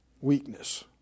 weakness